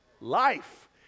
life